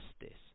justice